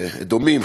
אדומים,